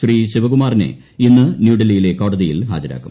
ശ്രീ ശിവകുമാറിനെ ഇന്ന് ന്യൂഡൽഹിയിലെ കോടതിയിൽ ഹാജരാക്കും